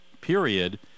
period